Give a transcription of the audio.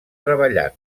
treballant